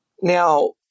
Now